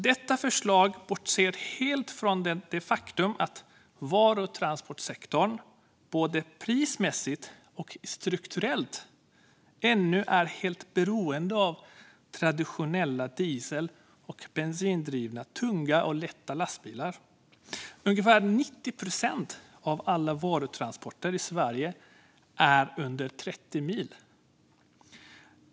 Detta förslag bortser helt från det faktum att varutransportsektorn både prismässigt och strukturellt ännu är helt beroende av traditionella diesel och bensindrivna tunga och lätta lastbilar. Ungefär 90 procent av alla varutransporter i Sverige är under 30 mil.